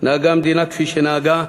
נהגה המדינה כפי שנהגה,